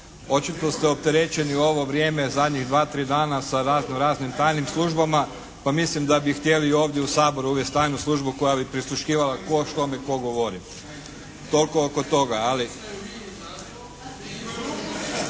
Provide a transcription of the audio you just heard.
Očito ste opterećeni u ovo vrijeme zadnjih dva-tri dana sa razno-raznim tajnim službama pa mislim da bi htjeli i ovdje u Saboru uvesti tajnu službu koja bi prisluškivala tko što o kome govori. Toliko oko toga.